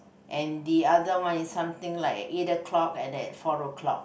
and the other one is something like eight o-clock like that four o-clock